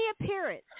appearance